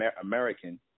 American